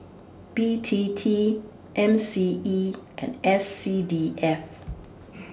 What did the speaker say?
B T T M C E and S C D F